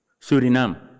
Suriname